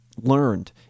learned